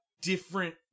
different